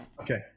Okay